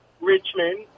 Richmond